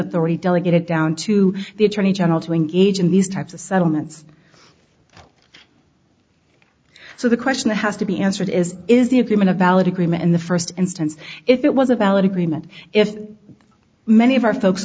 authority delegated down to the attorney general to engage in these types of settlements so the question that has to be answered is is the agreement a valid agreement in the first instance if it was a valid agreement if many of our folks